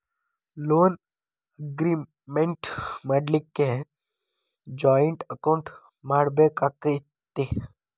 Loan agreement ಮಾಡ್ಲಿಕ್ಕೆ joint account ಮಾಡ್ಬೆಕಾಕ್ಕತೇ?